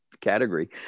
category